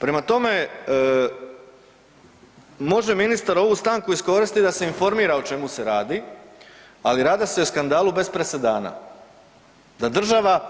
Prema tome, može ministar ovu stanku iskoristiti da se informira o čemu se radi, ali radi se o skandalu bez presedana da država